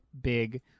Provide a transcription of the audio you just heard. big